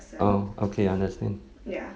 oh okay understand